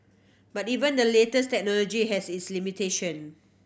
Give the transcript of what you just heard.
but even the latest technology has its limitation